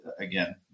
again